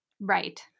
Right